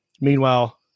Meanwhile